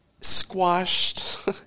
squashed